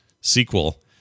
sequel